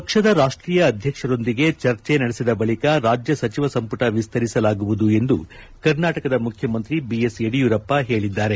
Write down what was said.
ಪಕ್ಷದ ರಾಷ್ಷೀಯ ಅಧ್ಯಕ್ಷರೊಂದಿಗೆ ಚರ್ಚೆ ನಡೆಸಿದ ಬಳಿಕ ರಾಜ್ಯ ಸಚಿವ ಸಂಪುಟ ವಿಸ್ತರಿಸಲಾಗುವುದು ಎಂದು ಕರ್ನಾಟಕ ಮುಖ್ಯಮಂತ್ರಿ ಬಿ ಎಸ್ ಯಡಿಯೂರಪ್ಪ ಹೇಳಿದ್ದಾರೆ